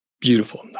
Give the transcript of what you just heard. Beautiful